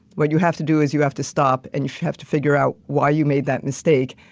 what you have to do is you have to stop and you have to figure out why you made that mistake.